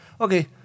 Okay